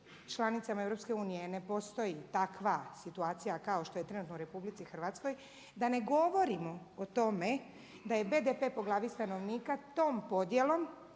članicama EU ne postoji takva situacija kao što je trenutno u RH, da ne govorimo o tome da je BDP po glavi stanovnika tom podjelom,